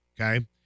okay